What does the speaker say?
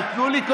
אבל תנו לי,